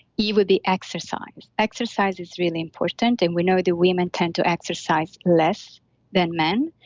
e would be exercise. exercise is really important. and we know that women tend to exercise less than men.